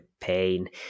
pain